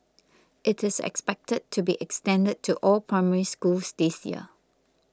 it is expected to be extended to all Primary Schools this year